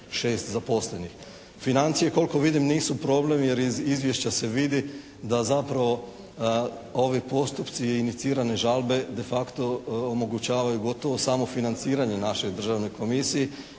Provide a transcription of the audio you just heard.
Financije koliko vidim nisu problem jer iz Izvješća se vidi da zapravo ovi postupci i inicirane žalbe, de facto omogućavaju gotovo samofinanciranje našoj Državnoj komisiji,